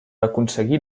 aconseguir